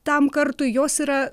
tam kartui jos yra